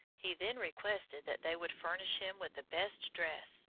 he then requested that they would furnish him with the best dress,